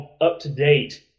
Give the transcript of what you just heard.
up-to-date